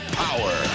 power